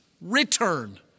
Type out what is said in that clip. return